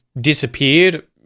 disappeared